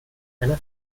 einer